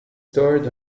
stored